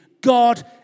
God